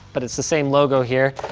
but it's the same logo here,